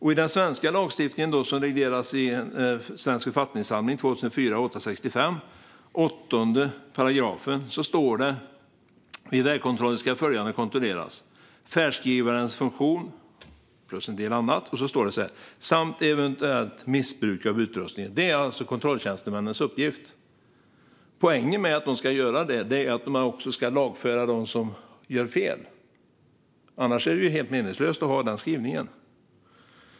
I den svenska lagstiftningen, som regleras i Svensk författningssamling, står det i förordning 2004:865 8 § att man vid vägkontroller ska kontrollera färdskrivarens funktion plus en del annat samt eventuellt missbruk av utrustningen. Detta är alltså kontrolltjänstemännens uppgift. Poängen med att de ska göra detta är att man ska lagföra dem som gör fel. Annars är det helt meningslöst att ha en sådan skrivning.